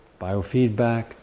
biofeedback